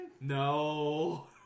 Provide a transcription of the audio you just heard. No